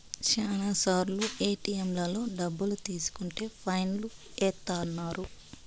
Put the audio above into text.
శ్యానా సార్లు ఏటిఎంలలో డబ్బులు తీసుకుంటే ఫైన్ లు ఏత్తన్నారు